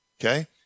Okay